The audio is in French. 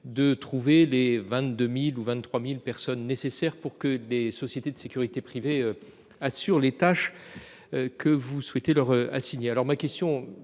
De trouver les 22.023, 1000 personnes nécessaires pour que les sociétés de sécurité privées. Assurent les tâches. Que vous souhaitez leur assigner. Alors ma question,